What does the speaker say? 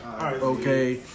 Okay